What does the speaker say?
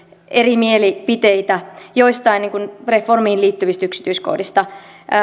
eri mielipiteitä joistain reformiin liittyvistä yksityiskohdista